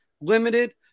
Limited